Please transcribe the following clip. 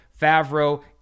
Favreau